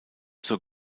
zur